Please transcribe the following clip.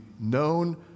known